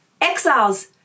Exiles